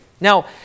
Now